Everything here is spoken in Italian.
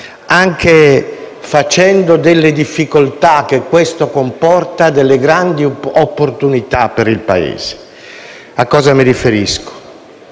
anche trasformando le difficoltà che questo comporta in grandi opportunità per il Paese. A cosa mi riferisco?